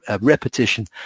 repetition